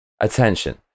attention